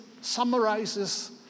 summarizes